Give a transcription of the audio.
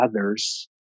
others